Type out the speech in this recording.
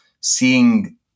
seeing